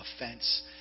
offense